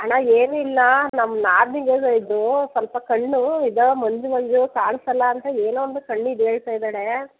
ಅಣ್ಣ ಏನು ಇಲ್ಲ ನಮ್ಮ ನಾದಿನಿಗೆ ಇದು ಸ್ವಲ್ಪ ಕಣ್ಣು ಇದು ಮಂಜು ಮಂಜು ಕಾಣ್ಸೊಲ್ಲ ಅಂತ ಏನೋ ಒಂದು ಕಣ್ಣಿಂದ್ ಹೇಳ್ತಾ ಇದ್ದಾಳೆ